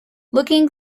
looking